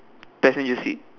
passenger seat